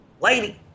Lady